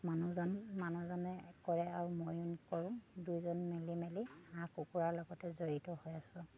মানুহজন মানুহজনে কৰে আৰু মই কৰোঁ দুজন মেলি মেলি হাঁহ কুকুৰাৰ লগতে জড়িত হৈ আছোঁ